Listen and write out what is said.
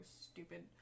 stupid